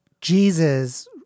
Jesus